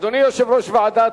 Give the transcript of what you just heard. אדוני יושב-ראש ועדת,